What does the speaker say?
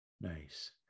Nice